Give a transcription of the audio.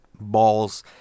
balls